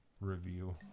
review